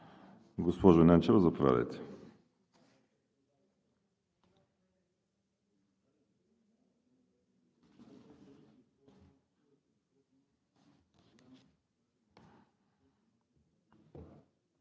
Госпожо Ненчева, заповядайте.